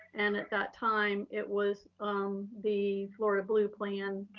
and at that time, it was um the florida blue plan.